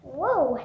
Whoa